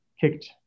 kicked